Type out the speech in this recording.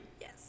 Yes